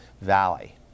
valley